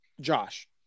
Josh